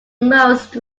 most